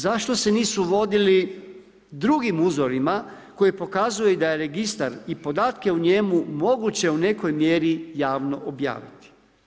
Zašto se nisu vodili drugim uzorima koji pokazuje i da je registar i podatke u njemu moguće u nekoj mjeri javno objaviti?